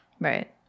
Right